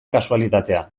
kasualitatea